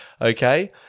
Okay